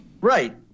Right